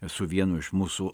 su vienu iš mūsų